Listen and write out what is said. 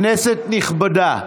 כנסת נכבדה,